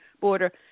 border